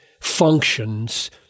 functions